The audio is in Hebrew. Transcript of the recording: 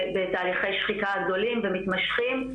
בתהליכי שחיקה גדולים ומתמשכים,